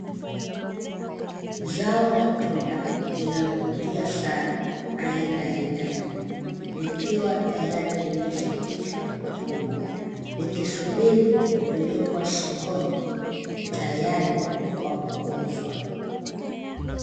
Zao la tunda linalovutia sana aina ya nyanya likiwa tayari limeshakwishwa kuvunwa, likisubiri kupelekwa sokoni tayari kwa kuuzwa.